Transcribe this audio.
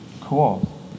Cool